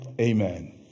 amen